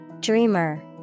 Dreamer